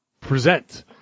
present